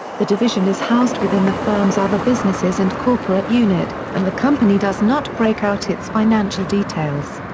the division is housed within the firm's other businesses and corporate unit, and the company does not break out its financial details.